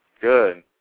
Good